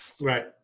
right